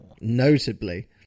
notably